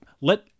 let